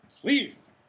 Please